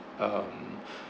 um